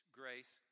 grace